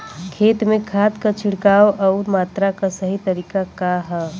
खेत में खाद क छिड़काव अउर मात्रा क सही तरीका का ह?